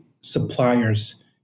suppliers